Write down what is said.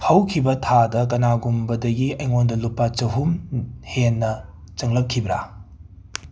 ꯍꯧꯈꯤꯕ ꯊꯥꯗ ꯀꯅꯥꯒꯨꯝꯕꯗꯒꯤ ꯑꯩꯉꯣꯟꯗ ꯂꯨꯄꯥ ꯆꯍꯨꯝ ꯍꯦꯟꯅ ꯆꯪꯂꯛꯈꯤꯕꯔ